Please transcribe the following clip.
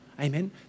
Amen